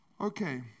Okay